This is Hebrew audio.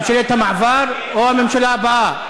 ממשלת המעבר או הממשלה הבאה?